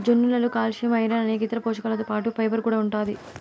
జొన్నలలో calcium, iron అనేక ఇతర పోషకాలతో పాటు ఫైబర్ కూడా ఉంటాది